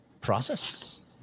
process